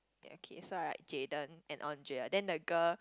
okay so right Jayden and Andrea then the girl